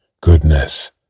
goodness